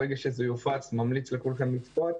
ברגע שזה יופץ, ממליץ לכולכם לצפות.